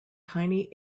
tiny